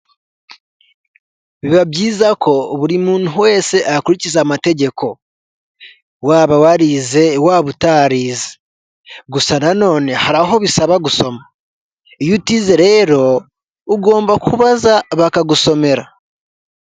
Biba byiza ko buri muntu wese akurikiza amategeko waba warize waba utarize gusa nanone hari aho bisaba gusoma iyo utize rero ugomba kubaza bakagusomera.